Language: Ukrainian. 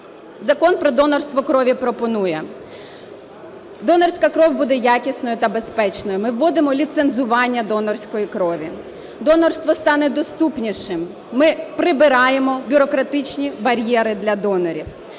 Закон про донорство крові пропонує. Донорська кров буде якісною та безпечною. Ми вводимо ліцензування донорської крові. Донорство стане доступнішим, ми прибираємо бюрократичні бар'єри для донорів.